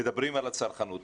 מדברים על הצרכנות.